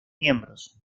miembros